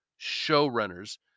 showrunners